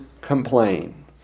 complain